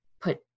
put